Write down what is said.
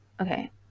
okay